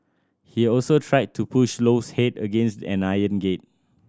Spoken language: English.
he also tried to push Low's head against an iron gate